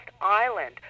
island